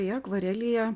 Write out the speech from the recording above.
beje akvarelėje